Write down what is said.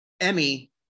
Emmy